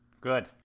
good